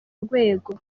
rwego